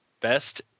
Best